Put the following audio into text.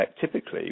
typically